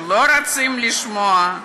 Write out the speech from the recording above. שלא רוצה לשמוע.